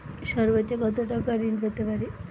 সর্বোচ্চ কত টাকা ঋণ পেতে পারি?